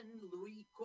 Louis